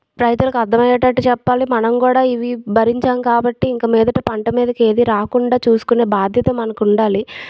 రైతులకు అర్థమయ్యేటట్టు చెప్పాలి మనం కూడా ఇవి భరించాం కాబట్టి ఇంక మీదట పంట మీదకి ఏది రాకుండా చూసుకునే బాధ్యత మనకు ఉండాలి